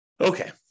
Okay